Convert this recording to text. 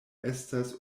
estas